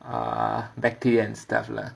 uh bacteria and stuff lah